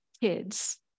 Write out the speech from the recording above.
kids